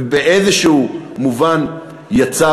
ובאיזשהו מובן "יצר"